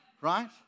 right